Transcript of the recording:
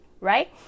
right